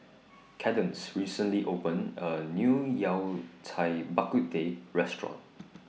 Cadence recently opened A New Yao Cai Bak Kut Teh Restaurant